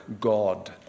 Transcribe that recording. God